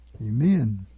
Amen